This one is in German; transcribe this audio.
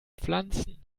pflanzen